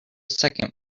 second